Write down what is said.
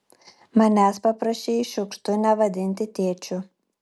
manęs paprašei šiukštu nevadinti tėčiu